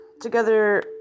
Together